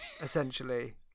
essentially